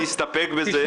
נסתפק בזה.